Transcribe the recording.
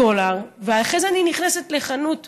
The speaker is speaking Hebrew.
דולר, ואחרי זה אני נכנסת לחנות ישראלית,